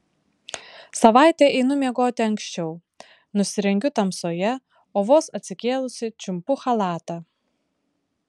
savaitę einu miegoti anksčiau nusirengiu tamsoje o vos atsikėlusi čiumpu chalatą